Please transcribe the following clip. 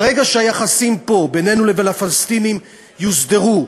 ברגע שהיחסים פה בינינו לבין הפלסטינים יוסדרו,